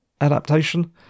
Adaptation